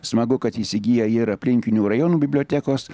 smagu kad įsigiję ir aplinkinių rajonų bibliotekos